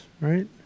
right